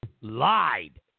lied